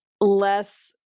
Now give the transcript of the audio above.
less